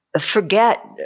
Forget